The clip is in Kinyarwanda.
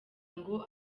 ngo